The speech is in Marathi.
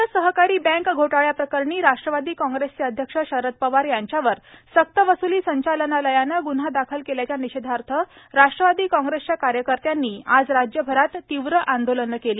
राज्य सहकारी बँक घोटाळ्या प्रकरणी राष्ट्रवादी कांग्रेसचे अध्यक्ष शरद पवार यांच्यावर सक्त वस्ली संचालनालयानं गुन्हा दाखल केल्याच्या निषेधार्थ राष्ट्रवादी कांग्रेसच्या कार्यकर्त्यांनी आज राज्यभरात तीव्र आंदोलनं केली